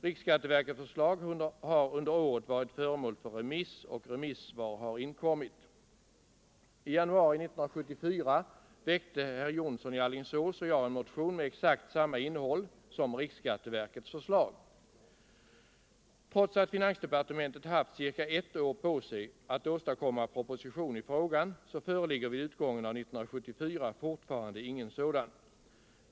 Riksskatteverkets förslag har under året varit föremål för remiss, och remissvar har inkommit. I januari 1974 väckte herr Jonsson i Alingsås och jag en motion med exakt samma innehåll som riksskatteverkets förslag. Trots att finansdepartementet haft ca ett år på sig för att åstadkomma proposition i frågan föreligger vid utgången av år 1974 fortfarande ingen sådan.